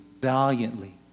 valiantly